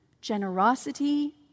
generosity